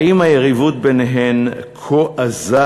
האם היריבות ביניהן כה עזה,